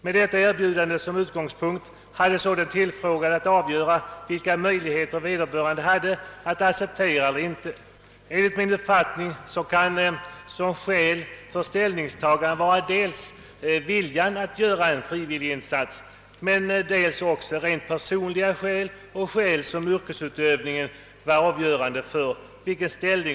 Med detta erbjudande som utgångspunkt hade de tillfrågade att avgöra vilka möjligheter som förelåg för var och en att acceptera erbjudandet eller inte. Skäl för ställningstagandet kan vara dels viljan att göra en frivillig insats, men vederbörande kan också ha rent personliga skäl för sitt ställningstagande liksom även yrkesskäl.